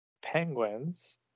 Penguins